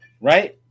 Right